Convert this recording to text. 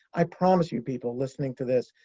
i promise you, people listening to this,